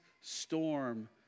storm